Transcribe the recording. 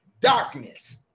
darkness